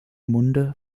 munde